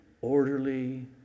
orderly